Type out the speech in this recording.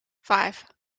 five